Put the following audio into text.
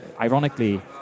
ironically